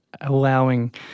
allowing